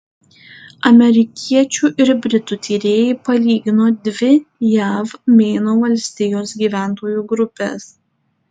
amerikiečių ir britų tyrėjai palygino dvi jav meino valstijos gyventojų grupes